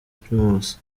primus